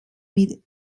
mit